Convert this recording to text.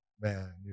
man